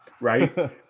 right